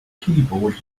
keyboard